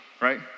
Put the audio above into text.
right